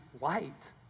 light